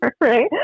Right